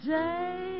day